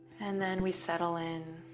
and then we settle in